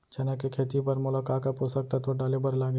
चना के खेती बर मोला का का पोसक तत्व डाले बर लागही?